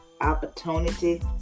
opportunity